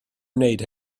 wneud